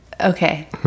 Okay